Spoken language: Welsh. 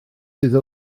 iddo